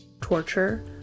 torture